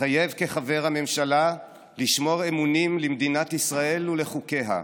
מתחייב כחבר הממשלה לשמור אמונים למדינת ישראל ולחוקיה,